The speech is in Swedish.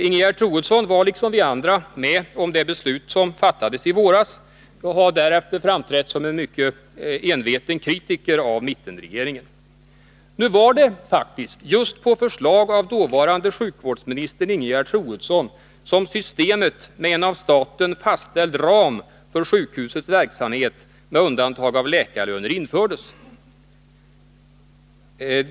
Ingegerd Troedsson var liksom vi andra med om det beslut som fattades i våras och har därefter framträtt som en mycket enveten kritiker av mittenregeringen. Nu var det faktiskt just på förslag av dåvarande sjukvårdsministern Ingegerd Troedsson som systemet med en av staten fastställd ram för sjukhusets verksamhet med undantag av läkarlöner infördes.